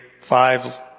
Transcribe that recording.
five